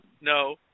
no